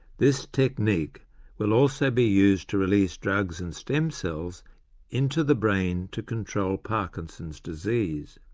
this technique will also be used to release drugs and stem cells into the brain to control parkinson's disease.